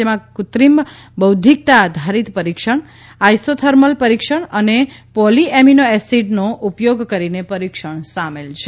જેમાં કૃત્રિમ બૌદ્ધિકતા આધારિત પરીક્ષણ આઇસોથર્મલ પરીક્ષણ અને પોલિ એમિનો એસિડ્સનો ઉપયોગ કરીને પરીક્ષણ સામેલ છે